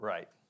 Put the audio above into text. Right